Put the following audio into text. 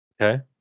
Okay